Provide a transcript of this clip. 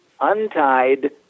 untied